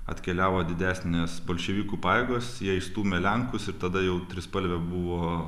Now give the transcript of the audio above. atkeliavo didesnės bolševikų pajėgos jie išstūmė lenkus ir tada jau trispalvė buvo